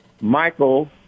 Michael